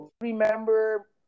remember